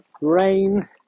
rain